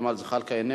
ג'מאל זחאלקה,